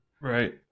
Right